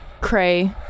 Cray